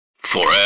Forever